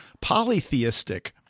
polytheistic